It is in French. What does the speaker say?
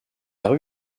rue